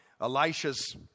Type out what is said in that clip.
Elisha's